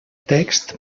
text